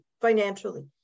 financially